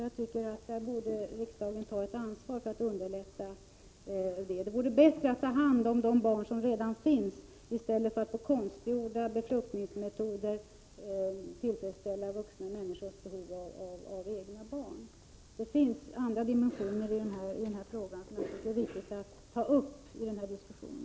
Jag tycker att riksdagen borde ta ett ansvar för att underlätta adoption. Det vore bättre att ta hand om de barn som redan finns än att i stället genom konstgjorda befruktningsmetoder tillfredsställa vuxna människors behov av ett eget barn. Det finns andra dimensioner i den här frågan som är viktiga att ta upp i denna diskussion.